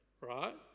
right